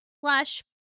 flush